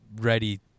ready